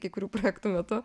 kai kurių projektų metu